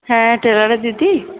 হ্যাঁ টেলারের দিদি